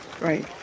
right